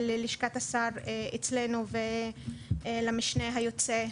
בעקבות פנייה ללשכת השר אצלנו ולמשנה היוצא,